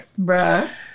Bruh